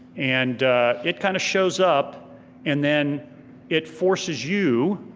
and it kind of shows up and then it forces you,